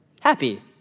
Happy